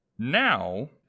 now